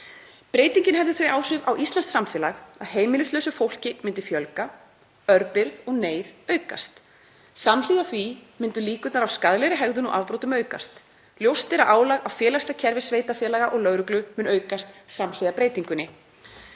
Breytingin hefði þau áhrif á íslenskt samfélag að heimilislausu fólki myndi fjölga, örbirgð og neyð aukast. Samhliða því myndu líkurnar á skaðlegri hegðun og afbrotum aukast. Ljóst er að álag á félagsleg kerfi sveitarfélaga og lögreglu mun aukast, samhliða breytingunni.“